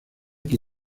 que